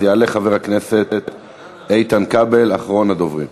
יעלה חבר הכנסת כבל, אחרון הדוברים.